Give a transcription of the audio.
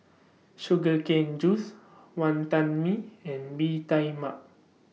Sugar Cane Juice Wantan Mee and Bee Tai Mak